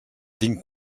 tinc